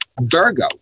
Virgo